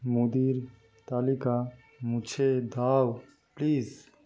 মুদির তালিকা মুছে দাও প্লিজ